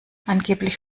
angeblich